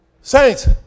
Saints